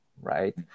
right